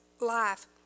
life